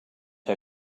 her